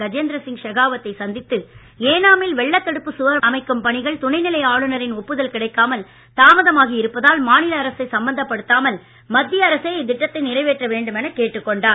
கஜேந்திரசிங் ஷெகாவத் தை சந்தித்து ஏனா மில் வெள்ளத்தடுப்பு சுவர் அமைக்கும் பணிகள் துணைநிலை ஆளுனரின் ஒப்புதல் கிடைக்காமல் தாமதமாகி இருப்பதால் மாநில அரசை சம்பந்தப் படுத்தாமல் மத்திய அரசே இத்திட்டத்தை நிறைவேற்ற வேண்டுமென கேட்டுக்கொண்டார்